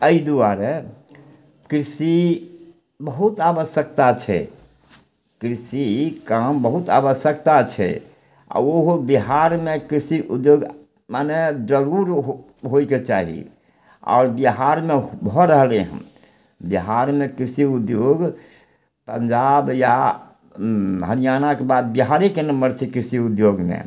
अइ दुआरे कृषि बहुत आवश्यकता छै कृषि काम बहुत आवश्यकता छै आओर उहो बिहारमे कृषि उद्योग माने जरूर हो होइके चाही आओर बिहारमे भऽ रहलय हन बिहारमे कृषि उद्योग पंजाब या हरियाणाके बाद बिहारेके नम्बर छै कृषि उद्योगमे